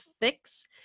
fix